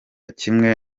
kimwe